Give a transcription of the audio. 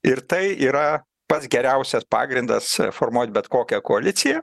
ir tai yra pats geriausias pagrindas formuot bet kokią koaliciją